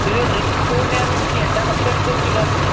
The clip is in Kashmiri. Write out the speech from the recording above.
تُلِو دٔچھُن کھوٚوٕر نیرو نہٕ کیٚنٛہہ ٹہاب پٮ۪ٹھ کوٚت چھُ گژھُن